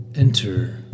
Enter